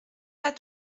pas